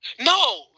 No